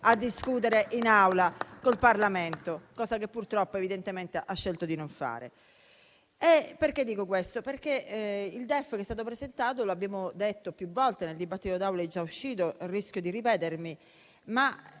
a discutere in Aula col Parlamento, cosa che purtroppo evidentemente ha scelto di non fare. Dico questo perché quello che è stato presentato - come abbiamo detto più volte e nel dibattito d'Aula è già emerso e rischio di ripetermi -